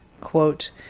Quote